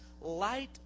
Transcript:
light